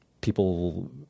people